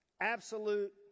absolute